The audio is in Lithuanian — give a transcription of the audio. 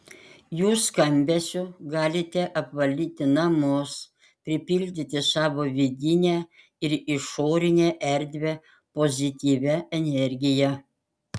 jų skambesiu galite apvalyti namus pripildyti savo vidinę ir išorinę erdvę pozityvia energija